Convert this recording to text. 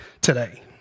today